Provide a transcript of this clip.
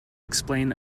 explain